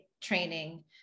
training